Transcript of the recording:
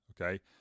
Okay